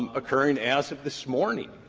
um occurring as of this morning.